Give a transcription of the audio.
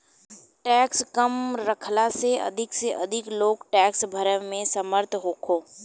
tax कम रखला से अधिक से अधिक लोग टैक्स भरे में समर्थ होखो